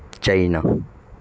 China